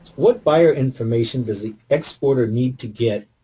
what buyer information does the exporter need to get